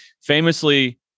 famously